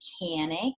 mechanic